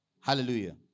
Hallelujah